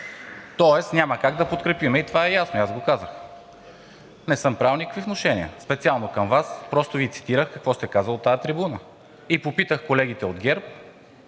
тоест няма как да подкрепим и това е ясно и аз го казах. Не съм правил никакви внушения специално към Вас. Просто Ви цитирах какво сте казали от тази трибуна и попитах колегите от ГЕРБ